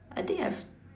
I think I've